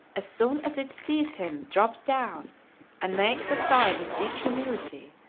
as soon as it sees him, drops down and makes a sign of deep humility,